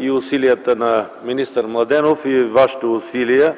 и усилията на министър Младенов, и Вашите усилия